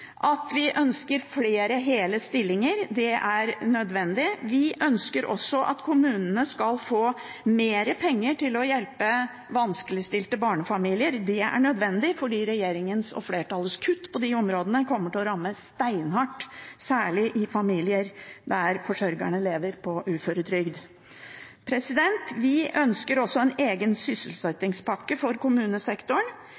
er nødvendig. Vi ønsker også at kommunene skal få mer penger til å hjelpe vanskeligstilte barnefamilier. Det er nødvendig, fordi regjeringens og flertallets kutt på de områdene kommer til å ramme steinhardt, særlig familier der forsørgerne lever på uføretrygd. Vi ønsker også en egen sysselsettingspakke for kommunesektoren.